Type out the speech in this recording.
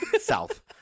South